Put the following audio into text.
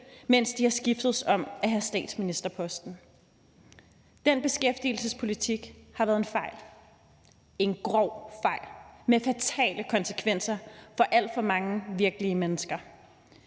mens de har skiftedes til at have statsministerposten. Den beskæftigelsespolitik har været en fejl – en grov fejl – med fatale konsekvenser for alt for mange virkelige mennesker.